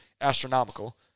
astronomical